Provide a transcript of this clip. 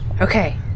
okay